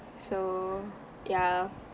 so ya